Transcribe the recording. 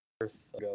earth